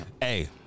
hey—